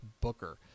Booker